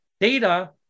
data